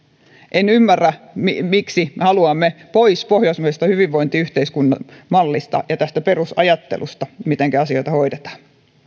en ymmärrä miksi me haluamme pois pohjoismaisesta hyvinvointiyhteiskuntamallista ja tästä perusajattelusta mitenkä asioita hoidetaan